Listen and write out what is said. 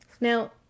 Now